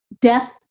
death